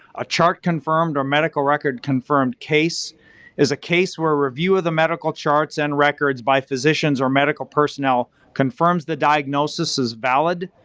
a chart-confirmed or medical record-confirmed case is a case where review of the medical charts and records by physicians or medical personnel confirms the diagnosis as valid,